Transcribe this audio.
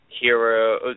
hero